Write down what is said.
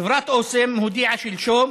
חברת אסם הודיעה שלשום